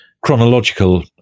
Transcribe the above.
chronological